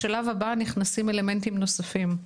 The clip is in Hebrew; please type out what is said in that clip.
בשלב הבא נכנסים אלמנטים נוספים,